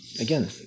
again